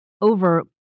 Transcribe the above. over